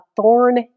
thorn